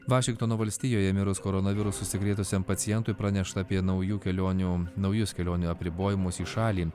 vašingtono valstijoje mirus koronavirusu užsikrėtusiam pacientui pranešta apie naujų kelionių naujus kelionių apribojimus į šalį